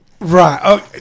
Right